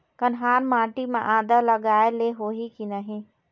कन्हार माटी म आदा लगाए ले होही की नहीं?